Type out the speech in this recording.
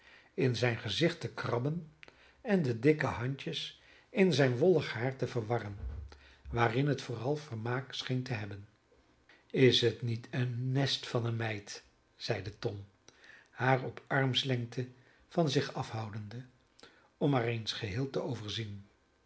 in zijn gezicht te krabben en de dikke handjes in zijn wollig haar te verwarren waarin het vooral vermaak scheen te hebben is het niet een nest van een meid zeide tom haar op armslengte van zich afhoudende om haar eens geheel te overzien